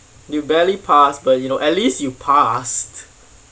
you barely passed but you know at least you passed